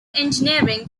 engineering